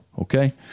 okay